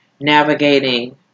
navigating